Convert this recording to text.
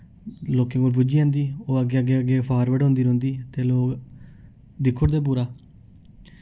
लोकें कोल पुज्जी जंदी ओह् अग्गें अग्गें अग्गें फारवर्ड होंदी रौंह्दी ते लोक दिक्खी ओड़दे पूरा